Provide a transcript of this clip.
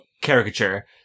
caricature